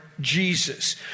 Jesus